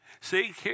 See